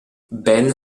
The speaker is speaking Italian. ben